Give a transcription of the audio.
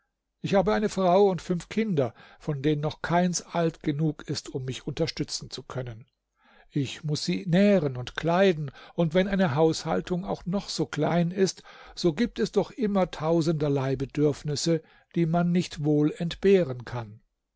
ich habe eine frau und fünf kinder von denen noch keins alt genug ist um mich unterstützen zu können ich muß sie nähren und kleiden und wenn eine haushaltung auch noch so klein ist so gibt es doch immer tausenderlei bedürfnisse die man nicht wohl entbehren kann